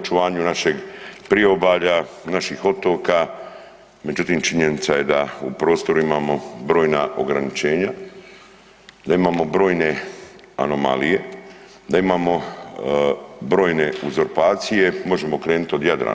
očuvanju našeg priobalja, naših otoka, međutim činjenica je da u prostoru imamo brojna ograničenja, da imamo brojne anomalije, da imamo brojne uzurpacije, možemo krenut od Jadrana.